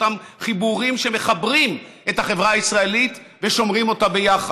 אותם חיבורים שמחברים את החברה הישראלית ושומרים אותה ביחד.